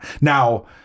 Now